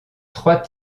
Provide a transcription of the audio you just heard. trois